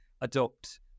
adopt